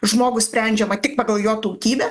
žmogų sprendžiama tik pagal jo tautybę